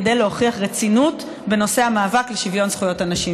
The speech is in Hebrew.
כדי להוכיח רצינות בנושא המאבק לשוויון זכויות הנשים.